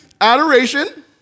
adoration